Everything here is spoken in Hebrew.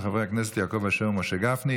של חברי הכנסת יעקב אשר ומשה גפני.